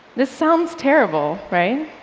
this sounds terrible, right?